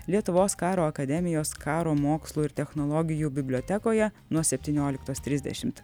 lietuvos karo akademijos karo mokslų ir technologijų bibliotekoje nuo septynioliktos trisdešimt